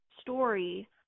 story